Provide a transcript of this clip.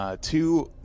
two